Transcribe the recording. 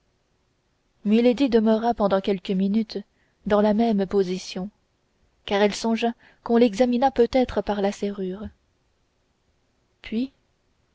demeura pendant quelques minutes dans la même position car elle songea qu'on l'examinait peut-être par la serrure puis